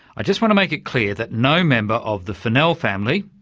i just want to make it clear that no member of the funnell family,